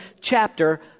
chapter